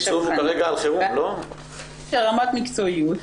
יש הבחנה של רמת מקצועיות.